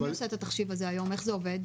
אז מי עושה את התחשיב הזה היום, איך זה עובד?